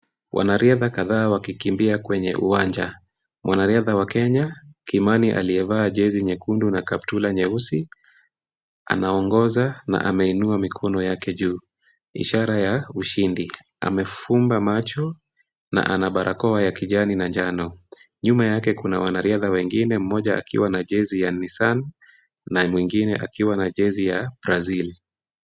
Wanariadha kadhaa wakikimbia kwenye uwanja. Mwanariadha wa Kenya Kimani aliyevaa Jezi nyekundu na kaptula nyeusi anaongoza na ameinua mikono yake juu ishara ya ushindi. Amefumba macho na ana barakoa ya kijani na njano. Nyuma yake kuna wanariadha wengine mmoja akiwa na jezi ya Nissan na mwingine akiwa na jezi ya Brazil.